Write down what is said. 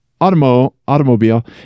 automobile